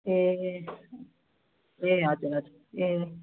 ए ए हजुर हजुर ए